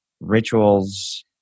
rituals